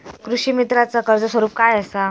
कृषीमित्राच कर्ज स्वरूप काय असा?